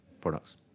products